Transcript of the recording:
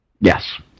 Yes